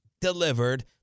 delivered